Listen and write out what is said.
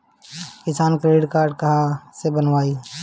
किसान credit card कहवा से बनवाई?